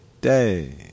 day